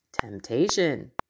Temptation